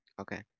okay